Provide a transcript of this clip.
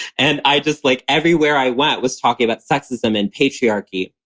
and i just, like everywhere i went, was talking about sexism and patriarchy.